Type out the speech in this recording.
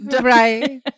Right